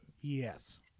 Yes